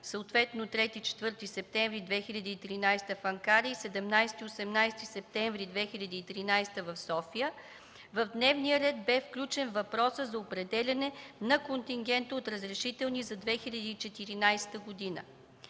съответно 3-4 септември 2013-а в Анкара и 17 18 септември 2013-а в София, в дневния ред бе включен въпросът за определяне на контингента от разрешителни за 2014 г.